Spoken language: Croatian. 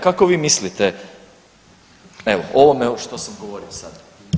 Kako vi mislite, evo o ovome što sam govorio sad?